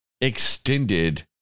extended